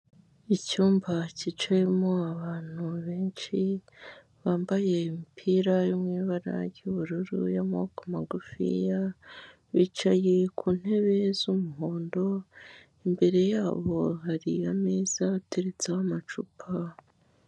Icyumba cyicayemo abantu benshi bambaye imipira yo mu imubara ry'ubururu y'amako magufiya, bicaye ku ntebe z'umuhondo, imbere yabo hari ameza bateretseho amacupa.